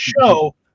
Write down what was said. show